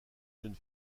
jeune